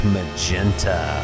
Magenta